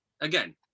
again